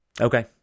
Okay